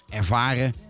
ervaren